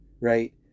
right